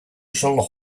shall